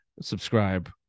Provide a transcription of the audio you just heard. subscribe